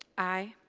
aye.